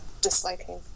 disliking